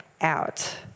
out